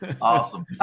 awesome